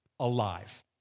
alive